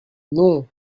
non